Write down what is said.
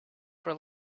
were